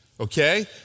Okay